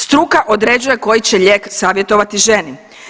Struka određuje koji će lijek savjetovati ženi.